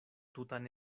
tutan